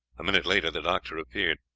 a minute later the doctor appeared.